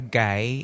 guy